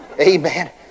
Amen